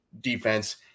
defense